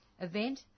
event